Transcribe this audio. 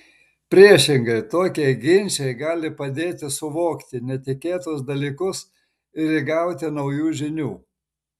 priešingai tokie ginčai gali padėti suvokti netikėtus dalykus ir įgauti naujų žinių